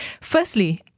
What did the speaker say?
firstly